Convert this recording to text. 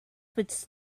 was